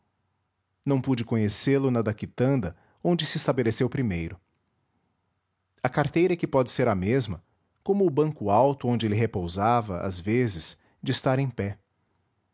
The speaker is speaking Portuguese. não pude conhecê-lo na da quitanda onde se estabeleceu primeiro a carteira é que pode ser a mesma como o banco alto onde ele repousava às vezes de estar em pé